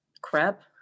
crap